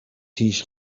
پیش